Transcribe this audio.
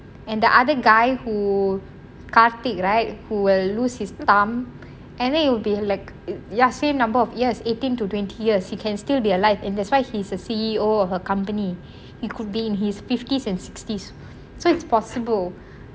and the other guy who karthik right who will lose his thumb and then it'll be like ya same number of yars eighteen to twenty yars he can still be alive in that's why he's a C_E_O of a company it could be in his fifties and sixties so it's possible